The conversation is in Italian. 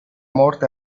morte